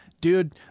Dude